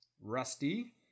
Rusty